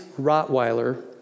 Rottweiler